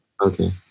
Okay